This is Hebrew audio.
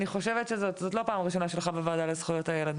זאת לא הפעם הראשונה שלך בוועדה לזכויות הילד,